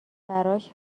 براش